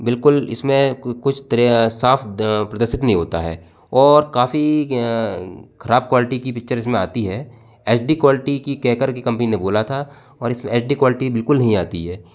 बिलकुल इसमें कुछ तरह साफ अ प्रदर्शित नहीं होता है और काफी खराब क्वालिटी की पिक्चर इसमें आती है एच डी क्वालिटी की कहकर की कंपनी ने बोला था और इसमें एच डी क्वालिटी बिलकुल नहीं आती है